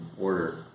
order